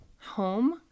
home